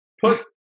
Put